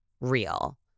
real